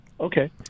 Okay